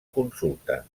consulta